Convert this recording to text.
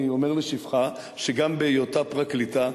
אני אומר לשבחה שגם בהיותה פרקליטה,